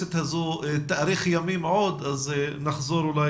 הכנסת הזו תאריך ימים עוד אז נחזור אולי